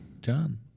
John